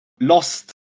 lost